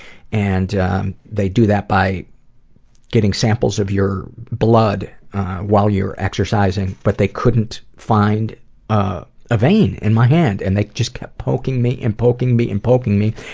and they do that by getting samples of your blood while you're exercising but they couldn't find a ah vein in my hand. and they just kept poking me and poking me and poking me.